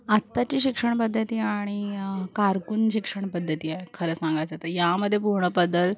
आत्ताची शिक्षण पद्धती आणि कारकुन शिक्षण पद्धती आहे खरं सांगायचं तर यामध्ये पूर्ण बदल